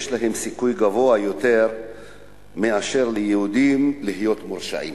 יש להם סיכוי גבוה יותר מאשר ליהודים להיות מורשעים.